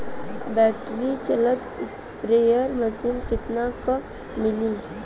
Battery चलत sprayer machine कितना क मिली?